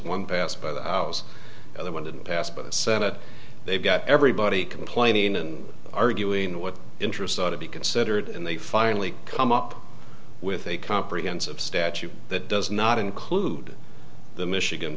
one passed by the other one that passed by the senate they've got everybody complaining and arguing with interest ought to be considered and they finally come up with a comprehensive statute that does not include the michigan